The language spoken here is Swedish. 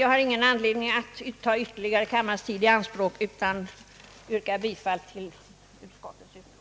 Jag har ingen anledning att ytterligare ta kammarens tid i anspråk utan yrkar bifall till utskottets utlåtande.